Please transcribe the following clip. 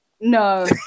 No